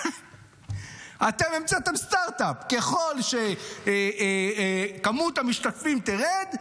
אתם המצאת סטרטאפ: ככל שמספר המשתתפים ירד,